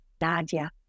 Nadia